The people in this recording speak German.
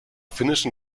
finnischen